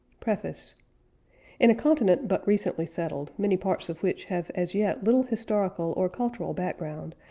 preface in a continent but recently settled, many parts of which have as yet little historical or cultural background,